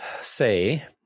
say